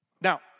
Now